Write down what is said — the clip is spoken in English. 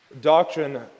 doctrine